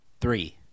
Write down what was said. three